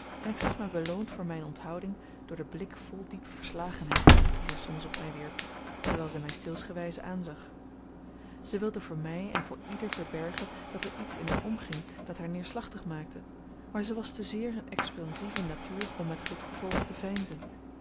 en ik zag mij beloond voor mijne onthouding door den blik vol diepe verslagenheid dien zij soms op mij wierp terwijl zij mij steelsgewijze aanzag zij wilde voor mij en voor ieder verbergen dat er iets in haar omging dat haar neerslachtig maakte maar zij was te zeer eene expansieve natuur om met goed gevolg te veinzen